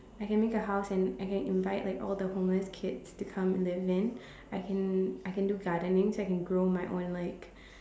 I can make a house and I can invite like all the homeless kids to come and live in I can I can do gardening so I can grow my own like